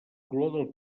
color